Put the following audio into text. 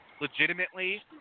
legitimately